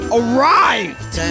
arrived